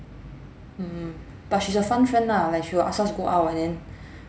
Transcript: mm but she's a fun friend lah like she will ask us go out and then